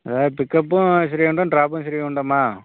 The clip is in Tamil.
ஆ பிக்கப்பும் ஸ்ரீகொண்டம் ட்ராப்பும் ஸ்ரீகொண்டமா